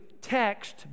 text